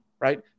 right